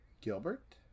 Gilbert